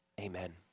Amen